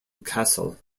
castle